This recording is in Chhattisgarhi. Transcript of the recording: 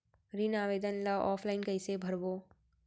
ऋण आवेदन ल ऑफलाइन कइसे भरबो?